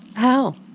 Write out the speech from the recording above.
how?